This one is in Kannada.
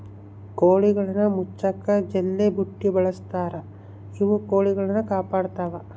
ಕೋಳಿಗುಳ್ನ ಮುಚ್ಚಕ ಜಲ್ಲೆಪುಟ್ಟಿ ಬಳಸ್ತಾರ ಇವು ಕೊಳಿಗುಳ್ನ ಕಾಪಾಡತ್ವ